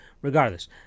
Regardless